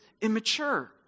immature